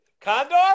Condor